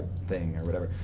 thing or whatever.